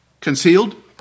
concealed